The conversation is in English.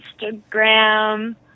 Instagram